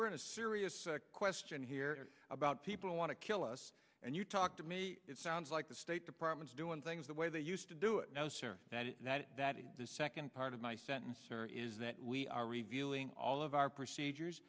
we're in a serious question here about people who want to kill us and you talk to me it sounds like the state department's doing things the way they used to do it now sir that is that that is the second part of my sentence or is that we are reviewing all of our procedures